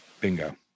bingo